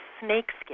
snakeskin